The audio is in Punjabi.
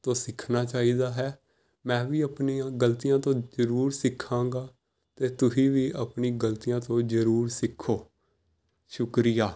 ਤੋਂ ਸਿੱਖਣਾ ਚਾਹੀਦਾ ਹੈ ਮੈਂ ਵੀ ਆਪਣੀਆਂ ਗਲਤੀਆਂ ਤੋਂ ਜ਼ਰੂਰ ਸਿੱਖਾਂਗਾ ਅਤੇ ਤੁਸੀਂ ਵੀ ਆਪਣੀ ਗਲਤੀਆਂ ਤੋਂ ਜ਼ਰੂਰ ਸਿੱਖੋ ਸ਼ੁਕਰੀਆ